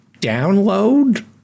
download